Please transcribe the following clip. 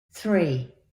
three